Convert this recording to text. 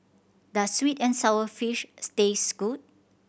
does sweet and sour fish taste good